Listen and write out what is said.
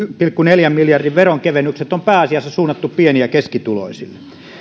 pilkku neljän miljardin veronkevennykset on pääasiassa suunnattu pieni ja keskituloisille